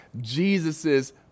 Jesus's